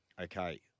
okay